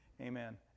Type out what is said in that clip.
Amen